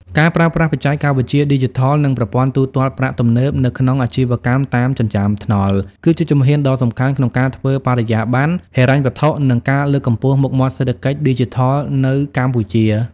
ការប្រើប្រាស់បច្ចេកវិទ្យាឌីជីថល និងប្រព័ន្ធទូទាត់ប្រាក់ទំនើបនៅក្នុងអាជីវកម្មតាមចិញ្ចើមថ្នល់ គឺជាជំហានដ៏សំខាន់ក្នុងការធ្វើបរិយាបន្នហិរញ្ញវត្ថុ និងការលើកកម្ពស់មុខមាត់សេដ្ឋកិច្ចឌីជីថលនៅកម្ពុជា។